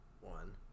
one